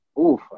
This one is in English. oof